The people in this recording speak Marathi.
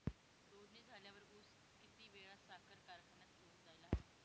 तोडणी झाल्यावर ऊस किती वेळात साखर कारखान्यात घेऊन जायला हवा?